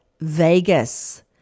Vegas